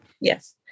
Yes